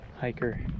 hiker